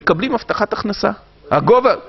מקבלים הבטחת הכנסה, הגובה